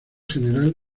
general